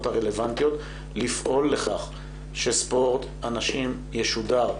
הרלבנטיות לפעול לכך שספורט הנשים ישודר.